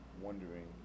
wondering